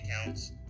accounts